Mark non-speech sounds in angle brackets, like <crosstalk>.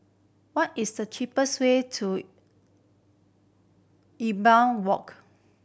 what is the cheapest way <unintelligible> Walk